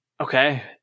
okay